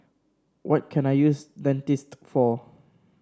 what can I use Dentiste for